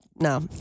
no